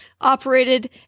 operated